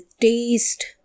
taste